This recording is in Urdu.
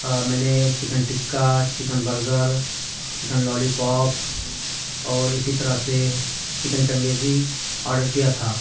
میں نے chicken tikka chicken burger chicken lollipop اور اسی طرح سے چکن چنگیزی آرڈر کیا تھا